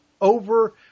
over